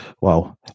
Wow